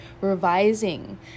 revising